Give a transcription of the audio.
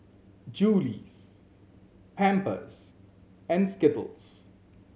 Julie's Pampers and Skittles